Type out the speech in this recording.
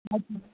हजुर